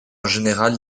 général